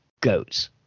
goats